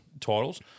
titles